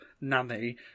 nanny